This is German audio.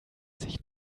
sich